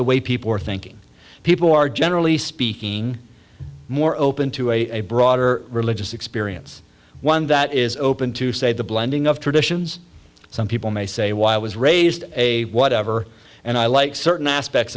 the way people are thinking people are generally speaking more open to a broader religious experience one that is open to say the blending of traditions some people may say why i was raised a whatever and i like certain aspects